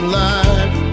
life